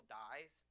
dies